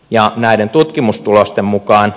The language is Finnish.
ja näiden eri asiaa